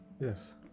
Yes